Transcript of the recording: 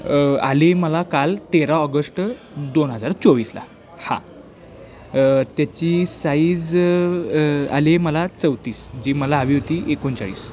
आली मला काल तेरा ऑगष्ट दोन हजार चोवीसला हा त्याची साईज आली मला चौतीस जी मला हवी होती एकोणचाळीस